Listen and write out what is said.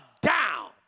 down